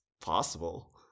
possible